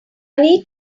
need